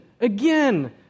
again